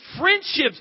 friendships